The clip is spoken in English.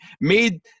made